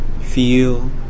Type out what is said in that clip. Feel